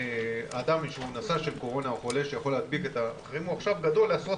אדם שהוא נשא של קורונה או חולה שיכול להדביק את האחרים גדול בעשרות